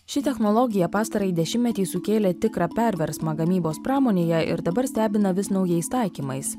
ši technologija pastarąjį dešimtmetį sukėlė tikrą perversmą gamybos pramonėje ir dabar stebina vis naujais taikymais